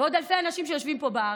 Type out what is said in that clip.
ועוד אלפי אנשים שיושבים פה בארץ.